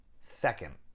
second